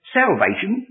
salvation